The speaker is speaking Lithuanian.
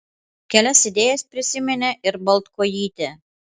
kelias idėjas prisiminė ir baltkojytė